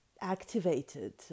activated